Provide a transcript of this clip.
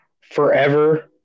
forever